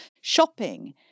shopping